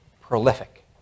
prolific